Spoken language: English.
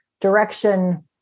direction